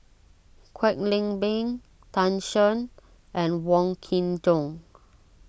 Kwek Leng Beng Tan Shen and Wong Kin Jong